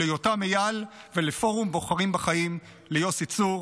ליותם אייל ולפורום בוחרים בחיים וליוסי צור.